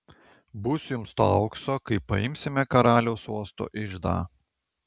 bus jums to aukso kai paimsime karaliaus uosto iždą